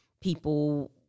people